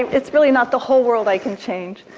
it's really not the whole world i can change.